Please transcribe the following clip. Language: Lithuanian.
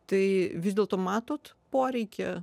tai vis dėlto matot poreikį